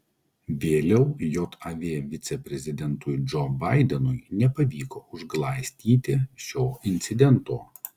vėliau jav viceprezidentui džo baidenui nepavyko užglaistyti šio incidento